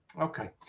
Okay